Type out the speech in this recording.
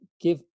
give